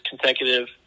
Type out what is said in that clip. consecutive